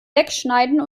wegschneiden